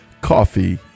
coffee